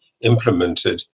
implemented